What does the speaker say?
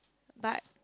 but